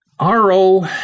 RO